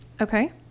Okay